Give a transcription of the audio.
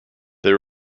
they